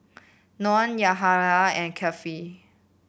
Noah Yahaya and Kefli